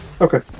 Okay